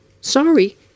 sorry